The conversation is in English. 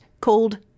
called